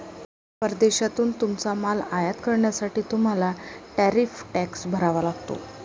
परदेशातून तुमचा माल आयात करण्यासाठी तुम्हाला टॅरिफ टॅक्स भरावा लागतो